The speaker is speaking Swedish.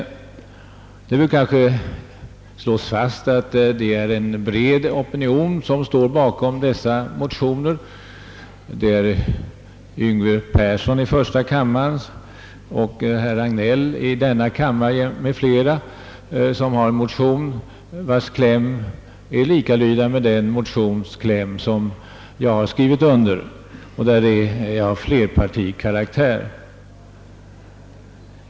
Det bör slås fast att en bred opinion står bakom dessa motioner. Herr Yngve Persson m.fl. i första kammaren och herr Hagnell m.fl. i denna kammare har väckt en motion, vars kläm är likalydande med klämmen i den motion som jag har skrivit under och som är av flerpartikaraktär.